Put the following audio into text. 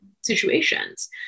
situations